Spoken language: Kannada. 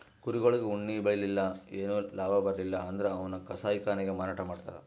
ಕುರಿಗೊಳಿಗ್ ಉಣ್ಣಿ ಬೆಳಿಲಿಲ್ಲ್ ಏನು ಲಾಭ ಬರ್ಲಿಲ್ಲ್ ಅಂದ್ರ ಅವನ್ನ್ ಕಸಾಯಿಖಾನೆಗ್ ಮಾರಾಟ್ ಮಾಡ್ತರ್